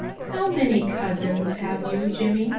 how many cousins have you, jimmy